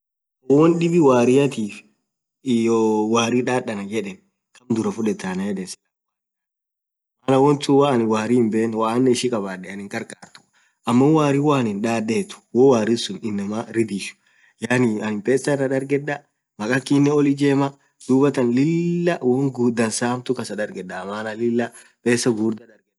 wonn dhibbi warriatif hiyoo warri dhadha annen yedhe tamm dhurah fudhedha